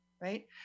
right